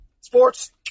Sports